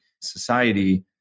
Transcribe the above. society